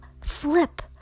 flip